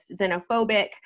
xenophobic